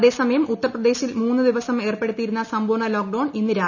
അതേസമയം ഉത്തർപ്രദേശിൽ മൂന്ന് ദിവസം ഏർപ്പെടുത്തിയിരുന്ന സമ്പൂർണ ലോക്ഡൌൺ ഇന്ന് രാവിലെ അവസാനിച്ചു